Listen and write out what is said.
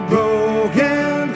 broken